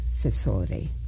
facility